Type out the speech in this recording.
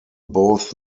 both